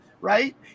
right